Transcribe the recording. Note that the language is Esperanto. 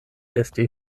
esti